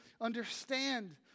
understand